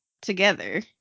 together